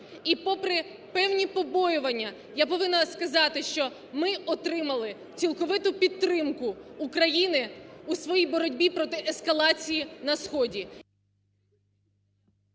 І попри певні побоювання, я повинна сказати, що ми отримали цілковиту підтримку України у своїй боротьбі проти ескалації на сході.